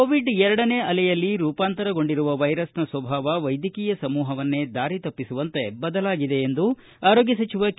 Covid ಎರಡನೇ ಅಲೆಯಲ್ಲಿ ರೂಪಾಂತರಗೊಂಡಿರುವ ವೈರಸ್ನ ಸ್ವಭಾವ ವೈದ್ಯಕೀಯ ಸಮೂಹವನ್ನೇ ದಾರಿ ತಪ್ಪಿಸುವಂತೆ ಬದಲಾಗಿದೆ ಎಂದು ಆರೋಗ್ಯ ಸಚಿವ ಕೆ